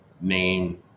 name